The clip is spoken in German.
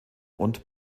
und